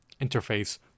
interface